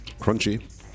Crunchy